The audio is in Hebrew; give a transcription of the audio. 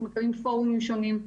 אנחנו מקיימים פורומים שונים,